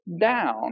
down